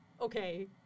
okay